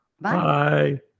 Bye